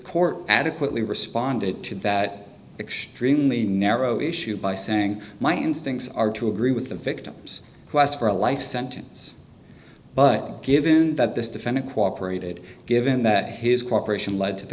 court adequately responded to that extremely narrow issue by saying my instincts are to agree with the victims who asked for a life sentence but given that this defendant cooperated given that his cooperation led to the